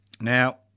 Now